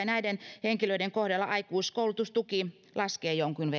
näiden henkilöiden kohdalla aikuiskoulutustuki laskee jonkun